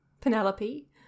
Penelope